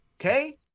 Okay